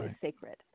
sacred